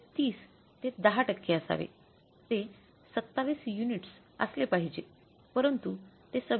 30 ते10 टक्के असावे ते 27 युनिट्सच असले पाहिजे परंतु ते 26